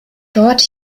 dort